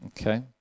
Okay